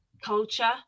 culture